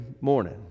morning